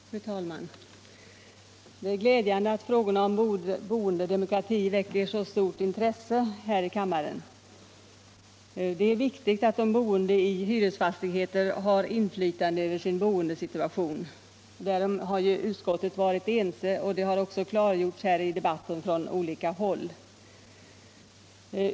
Fru talman! Det är glädjande att frågorna om boendedemokrati väcker så stort intresse här i kammaren. Det är viktigt att de boende i hyresfastigheter har inflytande över sin bostadssituation. Därom har utskottet varit ense, och det har också från olika håll klargjorts i debatten.